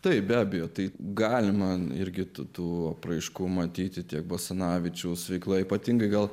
taip be abejo tai galima irgi tų apraiškų matyti tiek basanavičiaus veikla ypatingai gal